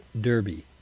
Derby